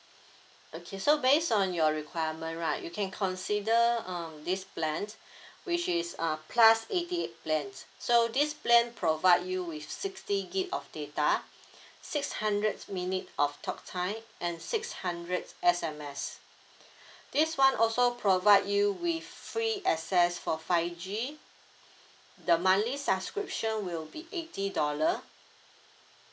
okay so based on your requirement right you can consider um this plan which is uh plus eighty plans so this plan provide you with sixty gig of data six hundred minute of talk time and six hundred S_M_S this [one] also provide you with free access for five G the monthly subscription will be eighty dollar